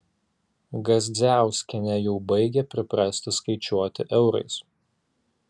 gazdziauskienė jau baigia priprasti skaičiuoti eurais